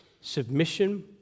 submission